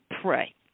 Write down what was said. pray